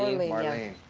maurlene,